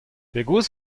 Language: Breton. pegoulz